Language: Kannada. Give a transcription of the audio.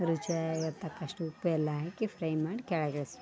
ರುಚಿಯಾಗಿರ್ತಕಷ್ಟು ಉಪ್ಪೆಲ್ಲ ಹಾಕಿ ಫ್ರೈ ಮಾಡಿ ಕೆಳಗಿಳಿಸ್ಬೇಕ್